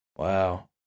Wow